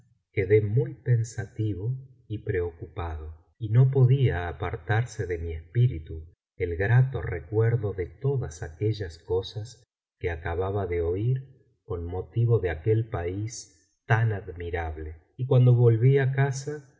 quedé muy pensativo y preocupado y no podía apartarse de mi espíritu el grato recuerdo de todas aquellas cosas que acababa de oii con motivo de aquel país tan admirable y cuando volví á casa